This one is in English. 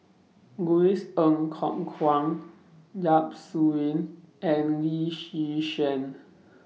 Louis Ng Kok Kwang Yap Su Yin and Lee Yi Shyan